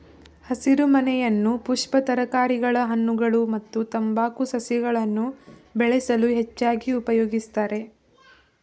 ಹಸಿರುಮನೆಯನ್ನು ಪುಷ್ಪ ತರಕಾರಿಗಳ ಹಣ್ಣುಗಳು ಮತ್ತು ತಂಬಾಕು ಸಸಿಗಳನ್ನು ಬೆಳೆಸಲು ಹೆಚ್ಚಾಗಿ ಉಪಯೋಗಿಸ್ತರೆ